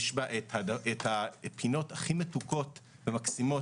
יש בה את הפינות הכי מתוקות ומקסימות